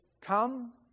come